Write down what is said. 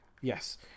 Yes